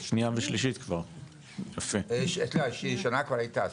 סליחה ראשונה כבר הייתה.